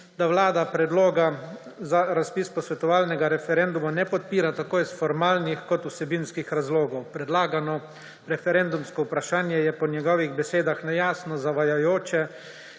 da Vlada predloga za razpis posvetovalnega referenduma ne podpira tako iz formalnih kot vsebinskih razlogov. Predlagano referendumsko vprašanje je po njegovih besedah nejasno, zavajajoče,